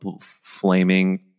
flaming